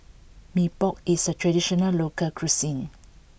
Mee Pok is a traditional local cuisine